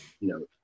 No